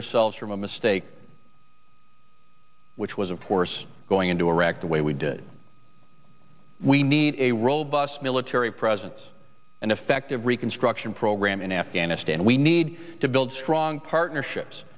ourselves from a mistake which was of course going into iraq the way we do we need a robust military presence and effective reconstruction program in afghanistan we need to build strong partnerships